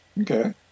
Okay